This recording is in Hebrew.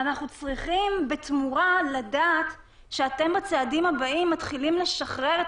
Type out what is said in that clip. אנחנו צריכים בתמורה לדעת שבצעדים הבאים אתם מתחילים לשחרר את